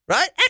Right